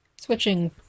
Switching